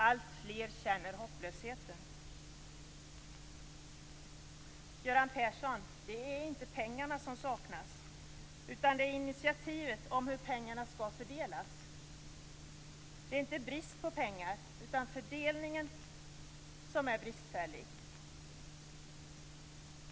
Alltfler känner hopplösheten. Det är inte pengarna som saknas, Göran Persson, utan det är initiativen om hur pengarna skall fördelas. Det är inte brist på pengar, utan det är fördelningen som är bristfällig.